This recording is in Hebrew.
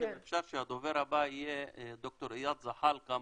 אם אפשר שהדובר הבא יהיה ד"ר איאד זחאלקה,